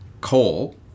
coal